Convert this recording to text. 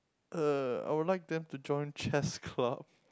uh I would like them to join chess club